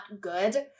good